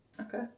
Okay